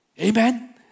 Amen